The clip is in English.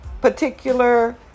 particular